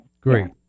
Great